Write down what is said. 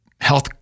health